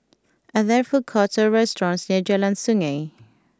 are there food courts or restaurants near Jalan Sungei